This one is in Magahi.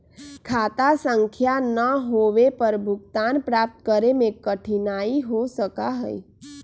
खाता संख्या ना होवे पर भुगतान प्राप्त करे में कठिनाई हो सका हई